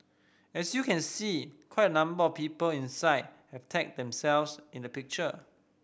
as you can see quite a number of people inside have tagged themselves in the picture